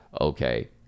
Okay